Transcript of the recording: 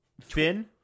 Finn